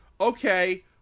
Okay